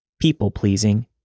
People-pleasing